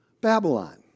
Babylon